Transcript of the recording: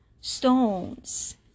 stones